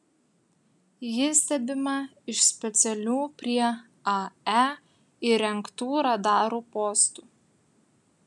ji stebima iš specialių prie ae įrengtų radarų postų